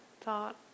thought